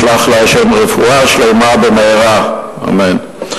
ישלח להם ה' רפואה שלמה במהרה, אמן.